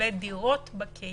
לגבי דירות בקהילה.